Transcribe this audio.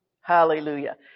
Hallelujah